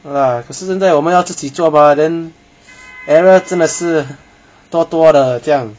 no lah 可是现在我们要自己做 mah then error 真的是多多的这样